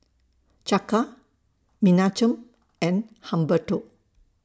Chaka Menachem and Humberto